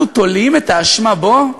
אנחנו תולים את האשמה בו?